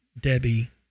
Debbie